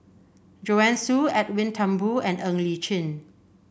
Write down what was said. Joanne Soo Edwin Thumboo and Ng Li Chin